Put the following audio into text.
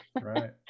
Right